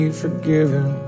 forgiven